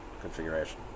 configuration